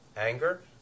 anger